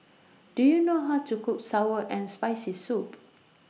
Do YOU know How to Cook Sour and Spicy Soup